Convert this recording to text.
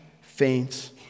faints